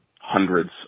hundreds